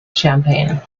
champaign